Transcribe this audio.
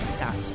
Scott